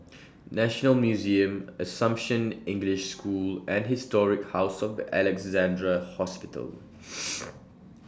National Museum Assumption English School and Historic House of The Alexandra Hospital